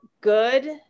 good